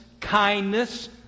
kindness